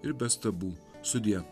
ir be stabų sudie